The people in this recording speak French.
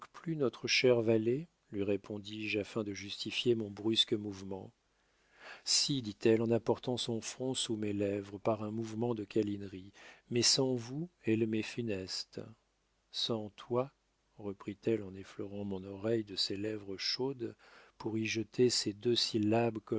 notre chère vallée lui répondis-je afin de justifier mon brusque mouvement si dit-elle en apportant son front sous mes lèvres par un mouvement de câlinerie mais sans vous elle m'est funeste sans toi reprit-elle en effleurant mon oreille de ses lèvres chaudes pour y jeter ces deux syllabes